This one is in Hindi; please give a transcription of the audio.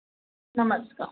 नमस्कार